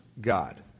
God